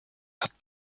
hat